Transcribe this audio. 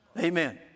Amen